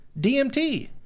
dmt